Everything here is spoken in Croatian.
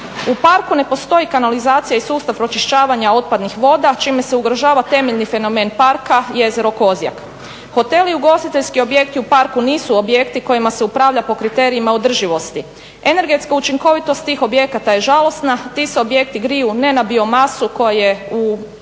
U parku ne postoji kanalizacija i sustav pročišćavanja otpadnih voda čime se ugrožava temeljni fenomen Parka, jezero Kozjak. Hoteli i ugostiteljski objekti u parku nisu objekti kojima se upravlja po kriterijima održivosti. Energetska učinkovitost tih objekata je žalosna. Ti se objekti griju ne na biomasu koja je u